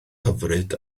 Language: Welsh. hyfryd